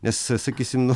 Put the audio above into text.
nes sakysim nu